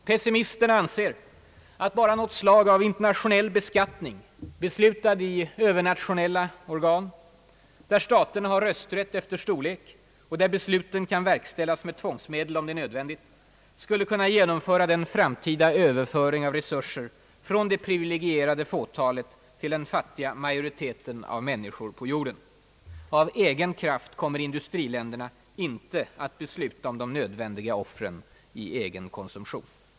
Pessimisterna anser att bara något slag av internationell beskattning, beslutad i övernationella organ där staterna har rösträtt efter storlek och där besluten kan verkställas med tvångsmedel om det är nödvändigt, skulle kunna genomföra den framtida överföring av resurser från det privilegierade fåtalet till den fattiga majoriteten av människor på jorden. Av egen kraft kommer industriländerna inte att besluta om de nödvändiga offren i sin konsumtion.